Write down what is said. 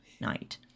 night